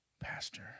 Pastor